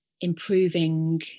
improving